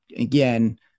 again